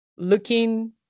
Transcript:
looking